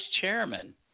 chairman